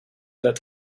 that